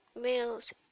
male's